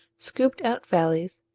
scooped out valleys,